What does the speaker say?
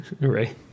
right